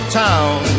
town